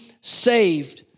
saved